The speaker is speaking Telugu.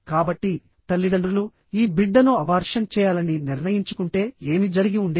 కాబట్టి తల్లిదండ్రులు ఈ బిడ్డను అబార్షన్ చేయాలని నిర్ణయించుకుంటే ఏమి జరిగి ఉండేది